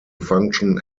function